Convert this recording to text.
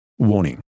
warning